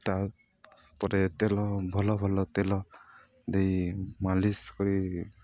ତା'ପରେ ତେଲ ଭଲ ଭଲ ତେଲ ଦେଇ ମାଲିସ୍ କରି